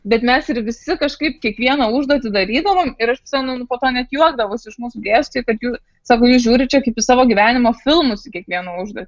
bet mes ir visi kažkaip kiekvieną užduotį darydavom ir aš prisimenu po to net juokdavosi iš mūsų dėstytojai kad jų sako jūs žiūrite čia kaip į savo gyvenimo filmus į kiekvieną užduotį